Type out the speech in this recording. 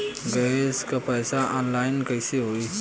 Gas क पैसा online कइसे होई?